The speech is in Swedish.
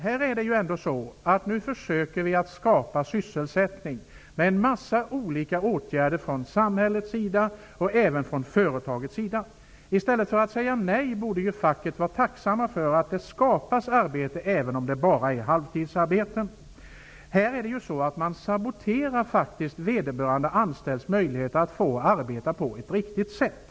Här försöker vi att skapa sysselsättning genom en massa olika åtgärder från samhällets sida och även från företagets sida. I stället för att säga nej borde man från fackets sida var tacksam för att det skapas arbeten, även om det bara är fråga om halvtidsarbeten. Man saboterar faktiskt vederbörande anställds möjlighet att arbeta på ett riktigt sätt.